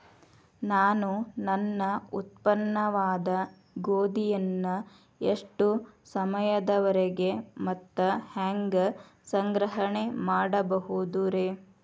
ನಾನು ನನ್ನ ಉತ್ಪನ್ನವಾದ ಗೋಧಿಯನ್ನ ಎಷ್ಟು ಸಮಯದವರೆಗೆ ಮತ್ತ ಹ್ಯಾಂಗ ಸಂಗ್ರಹಣೆ ಮಾಡಬಹುದುರೇ?